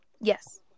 Yes